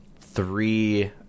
three